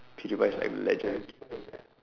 pewdiepie is like legend